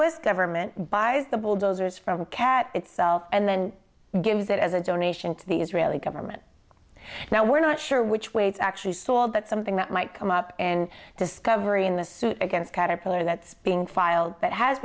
s government buys the bulldozers from a cat itself and then gives it as a donation to the israeli government now we're not sure which way it's actually saul but something that might come up in discovery in the suit against caterpillar that's being filed that has